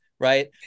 right